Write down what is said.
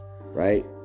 right